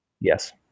yes